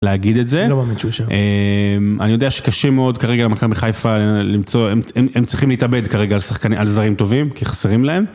להגיד את זה, אני יודע שקשה מאוד כרגע למכבי מחיפה למצוא, הם צריכים להתאבד כרגע על שחקנים, על זרים טובים, כי חסרים להם.